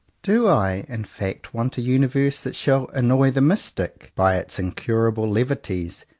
do i, in fact, want a universe that shall annoy the mystic by its incurable levities,